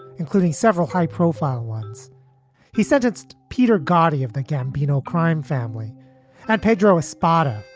including several high profile ones he sentenced peter gotti of the gambino crime family and pedro espada,